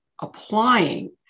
applying